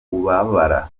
kubabara